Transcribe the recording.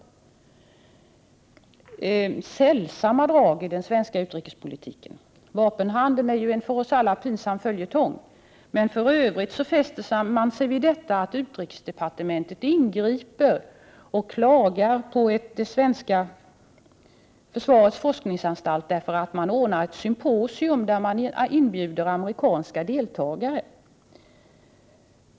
Man talar alltså om sällsamma drag i den svenska utrikespolitiken. Vapenhandeln är ju en för oss alla pinsam följetong. Men i övrigt fäster man sig vid att utrikesdepartementet ingriper och klagar på det svenska försvarets forskningsanstalt därför att denna anordnar ett symposium till vilket man inbjuder amerikanska deltagare.